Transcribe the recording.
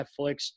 Netflix